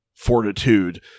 fortitude